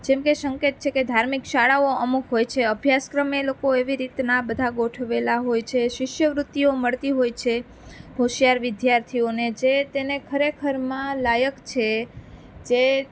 જેમ કે સંકેત છે કે ધાર્મિક શાળાઓ અમુક હોય છે અભ્યાસ ક્રમે એ લોકો એવી રીતના બધા ગોઠવેલા હોય છે શિષ્યવૃત્તિઓ મળતી હોય છે હોશિયાર વિદ્યાર્થીઓને જે તેને ખરેખરમાં લાયક છે જે